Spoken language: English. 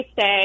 say